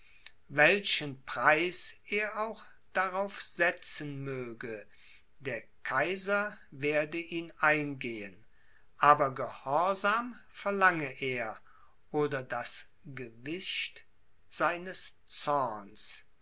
welchen preis er auch darauf setzen möge der kaiser werde ihn eingehen aber gehorsam verlange er oder das gewicht seines zorns